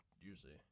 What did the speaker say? usually